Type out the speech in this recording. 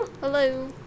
Hello